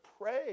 pray